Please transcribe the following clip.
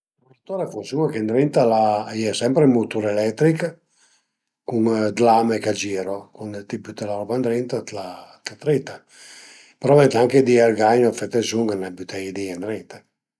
Ël frullatore a funsiun-a ch'ëndrinta al a, a ie sempre ën mutur eletrich cun d'lame ch'a giru, cuand ti büte la roba ëndrinta t'la t'la trita, però ëntà anche di al gagnu fe tensiun a nen büteie i di ëndrinta